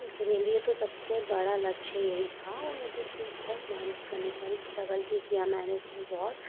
मेरे लिए तो सबसे बड़ा लक्ष्य यही था और मुझे इसमें बहुत मेहनत करनी पड़ी स्ट्रगल भी किया मैंने इसमें बहुत